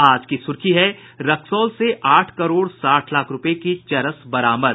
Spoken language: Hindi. आज की सुर्खी है रक्सौल से आठ करोड़ साठ लाख रूपये की चरस बरामद